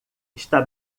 está